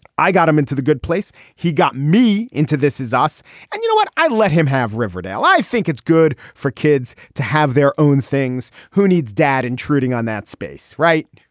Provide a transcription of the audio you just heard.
i got him into the good place. he got me into this is us and you know what. i let him have riverdale i think it's good for kids to have their own things. who needs dad intruding on that space right.